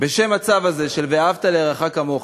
בשם הצו הזה של "ואהבת לרעך כמוך"